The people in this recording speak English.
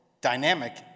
dynamic